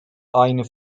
aynı